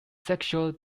sexual